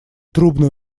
трубная